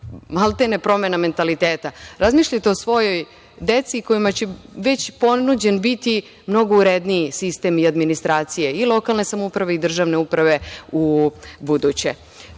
maltene promena mentaliteta, razmišljajte o svojoj deci kojima će već biti ponuđen mnogo uredniji sistem administracije i lokalne samouprave i državne uprave ubuduće. Pričaću